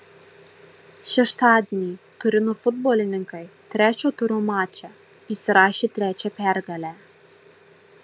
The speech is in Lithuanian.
šeštadienį turino futbolininkai trečio turo mače įsirašė trečią pergalę